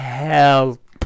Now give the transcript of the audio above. help